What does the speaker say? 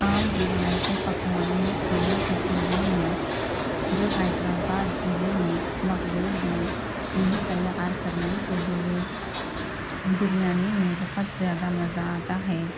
عام روایتیں پکوان یا کھانے کی چیزوں میں جو حیدرآباد ضلع میں مقبول ہے انہیں تیار کرنے کے لیے بریانی میں بہت زیادہ مزہ آتا ہے